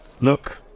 Look